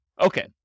Okay